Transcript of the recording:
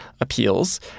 Appeals